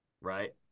right